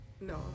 No